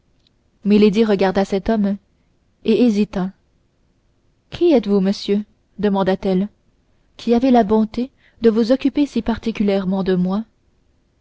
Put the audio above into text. regarda cet homme et hésita qui êtes-vous monsieur demanda-t-elle qui avez la bonté de vous occuper si particulièrement de moi